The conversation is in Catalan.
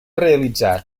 realitzar